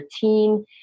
team